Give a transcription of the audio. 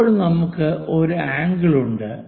ഇപ്പോൾ നമുക്ക് ഒരു ആംഗിൾ ഉണ്ട്